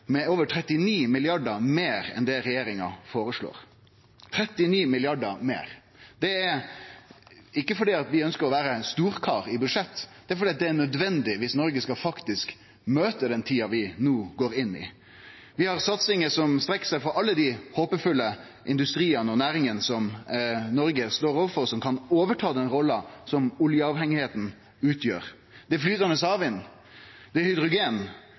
med over 39 mrd. kr meir enn det regjeringa føreslår – 39 mrd. kr meir. Det er ikkje fordi vi ønskjer å vere storkar når det gjeld budsjett, det er fordi det er nødvendig om Noreg faktisk skal møte den tida vi no går inn i. Vi har satsingar som strekkjer seg over alle dei håpefulle industriane og næringane som Noreg står overfor, og som kan overta den rolla som oljeavhengigheita utgjer. Det gjeld flytande havvind, hydrogen,